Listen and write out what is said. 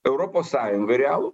europos sąjungai realų